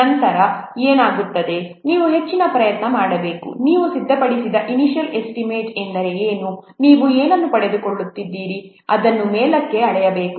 ನಂತರ ಏನಾಗುತ್ತದೆ ನೀವು ಹೆಚ್ಚಿನ ಪ್ರಯತ್ನ ಮಾಡಬೇಕು ನೀವು ಸಿದ್ಧಪಡಿಸಿದ ಇನಿಷ್ಯಲ್ ಎಸ್ಟಿಮೇಟ್ ಎಂದರೆ ಏನು ನೀವು ಏನನ್ನು ಪಡೆದುಕೊಂಡಿದ್ದೀರಿ ಅದನ್ನು ಮೇಲಕ್ಕೆ ಅಳೆಯಬೇಕು